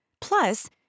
Plus